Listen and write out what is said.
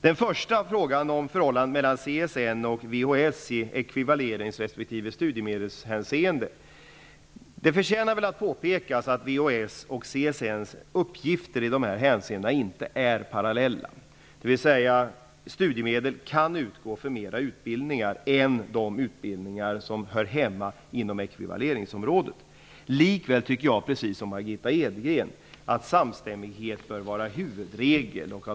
Den första frågan handlade om förhållandena mellan CSN och VHS i ekvivalerings respektive studiemedelshänseende. Det förtjänar att påpekas att VHS och CSN:s uppgifter i dessa hänseenden inte är parallella, dvs. studiemedel kan utgå för fler utbildningar än de utbildningar som hör hemma inom ekvivaleringsområdet. Jag tycker precis som Margitta Edgren att samstämmighet bör vara huvudregel.